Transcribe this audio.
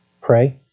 Pray